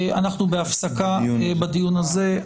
אנחנו בהפסקה בדיון הזה.